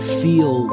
feel